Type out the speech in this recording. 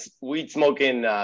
weed-smoking